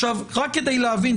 עכשיו רק כדי להבין,